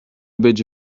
być